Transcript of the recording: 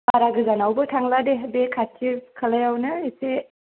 बारा गोजानावबो थांला दे बे खाथि खालायावनो एसे